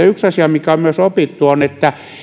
yksi asia mikä on myös opittu on se että